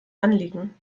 anliegen